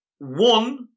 One